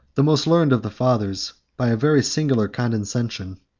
the most learned of the fathers, by a very singular condescension,